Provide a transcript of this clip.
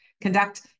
conduct